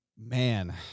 Man